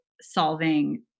solving